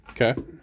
Okay